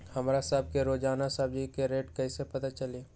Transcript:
हमरा सब के रोजान सब्जी के रेट कईसे पता चली?